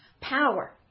power